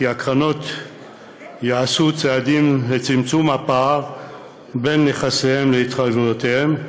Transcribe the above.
הקרנות יעשו צעדים לצמצום הפער בין נכסיהן להתחייבויותיהן,